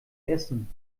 essen